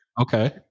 okay